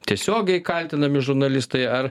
tiesiogiai kaltinami žurnalistai ar